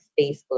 Facebook